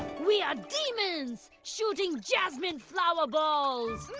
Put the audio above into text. we are demons shooting jasmine flower balls!